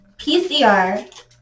PCR